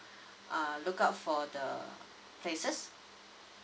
uh look up for the places